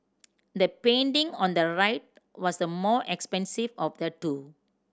the painting on the right was the more expensive of the two